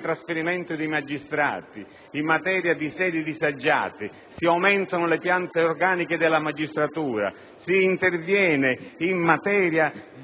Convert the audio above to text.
trasferimento di magistrati, di sedi disagiate, di aumento delle piante organiche della magistratura, di norme di attuazione